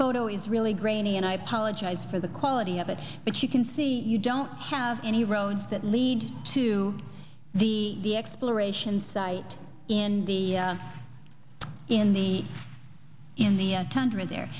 photo is really grainy and i apologize for the quality of it but you can see you don't have any roads that lead to the the exploration site in the in the in the tundra there